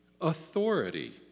authority